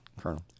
Colonel